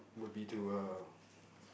would be to uh